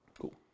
Cool